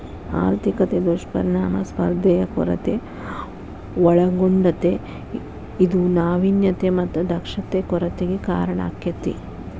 ಆರ್ಥಿಕತೆ ದುಷ್ಪರಿಣಾಮ ಸ್ಪರ್ಧೆಯ ಕೊರತೆ ಒಳಗೊಂಡತೇ ಇದು ನಾವಿನ್ಯತೆ ಮತ್ತ ದಕ್ಷತೆ ಕೊರತೆಗೆ ಕಾರಣಾಕ್ಕೆತಿ